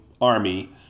army